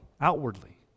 outwardly